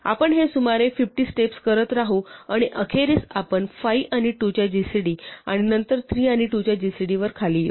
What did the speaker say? आपण हे सुमारे 50 स्टेप्स करत राहू आणि अखेरीस आपण 5 आणि 2 च्या gcd आणि नंतर 3 आणि 2 च्या gcd वर खाली येऊ